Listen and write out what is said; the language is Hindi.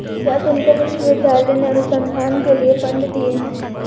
क्या तुमको विश्वविद्यालय ने अनुसंधान के लिए फंड दिए हैं?